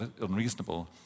unreasonable